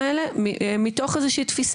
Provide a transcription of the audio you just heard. נועה טל מקק"ל נמצאת